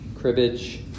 cribbage